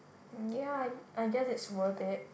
ya I I guess it's worth it